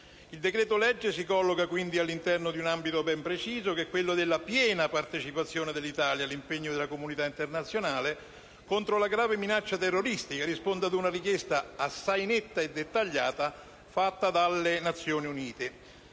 Il decreto-legge si colloca quindi all'interno di un ambito ben preciso, che è quello della piena partecipazione dell'Italia all'impegno della comunità internazionale contro la grave minaccia terroristica e risponde ad una richiesta assai netta e dettagliata fatta dalle Nazioni Unite.